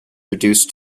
reduced